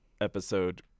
episode